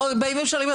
באים ושואלים,